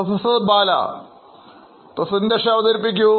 പ്രൊഫസർബാല ഒരു അവതരണംഅവതരിപ്പിക്കൂ